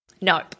Nope